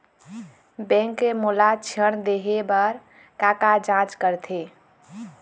Bank मोला ऋण देहे बार का का जांच करथे?